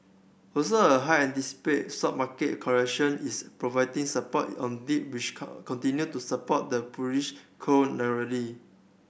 also a high anticipate stock market correction is providing support on dip which continue to support the bullish cold